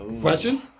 Question